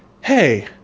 hey